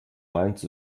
mainz